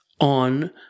on